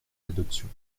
adoption